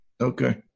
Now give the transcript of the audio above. okay